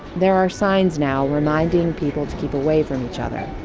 there are signs now reminding people to keep away from each other.